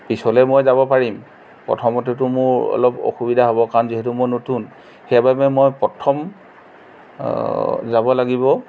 পিছলৈ মই যাব পাৰিম প্ৰথমতেটো মোৰ অলপ অসুবিধা হ'ব কাৰণ যিহেতু মই নতুন সেইবাবে মই প্ৰথম যাব লাগিব